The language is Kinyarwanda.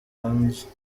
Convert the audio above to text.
hanze